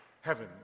Heaven